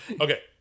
Okay